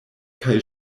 kaj